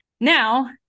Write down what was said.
Now